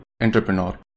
entrepreneur